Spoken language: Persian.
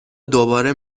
دوباره